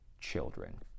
children